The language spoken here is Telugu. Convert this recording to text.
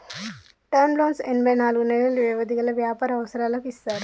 టర్మ్ లోన్లు ఎనభై నాలుగు నెలలు వ్యవధి గల వ్యాపార అవసరాలకు ఇస్తారు